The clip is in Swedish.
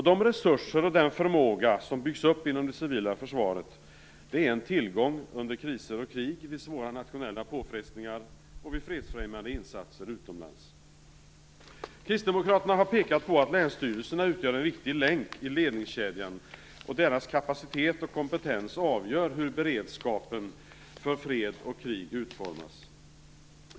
De resurser och den förmåga som byggs upp inom det civila försvaret är en tillgång under kriser och krig, vid svåra internationella påfrestningar samt vid fredsfrämjande insatser utomlands. Kristdemokraterna har pekat på att länsstyrelserna utgör en viktig länk i ledningskedjan, och deras kapacitet och kompetens avgör hur beredskapen för fred och krig utformas.